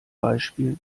beispiel